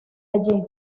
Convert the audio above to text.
allí